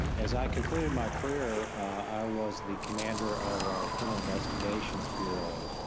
as i concluded my career, i was the commander of our criminal investigations bureau.